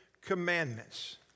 commandments